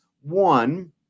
One